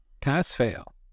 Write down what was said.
Pass-fail